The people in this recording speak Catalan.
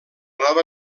nova